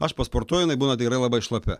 aš pasportuoju jinai būna tikrai labai šlapia